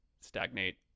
stagnate